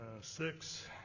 Six